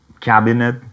cabinet